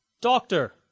Doctor